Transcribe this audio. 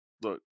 Look